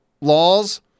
laws